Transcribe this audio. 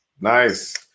Nice